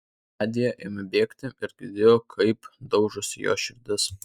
nadia ėmė bėgti ir girdėjo kaip daužosi jos širdis